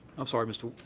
i'm sorry, mr.